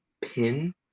pin